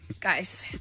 Guys